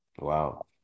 Wow